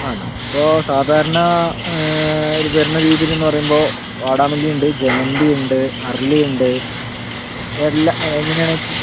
ആ നമുക്കിപ്പോൾ സാധാരണ ഒരു വരണ രീതിയിലെന്നു പറയുമ്പോൾ വാടാമല്ലിയുണ്ട് ജമന്തിയുണ്ട് അരളിയുണ്ട് എല്ലാ എങ്ങനെയാണ് ഇപ്പോൾ